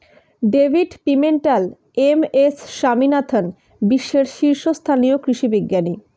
David Pimentel, M S Swaminathan বিশ্বের শীর্ষস্থানীয় কৃষি বিজ্ঞানী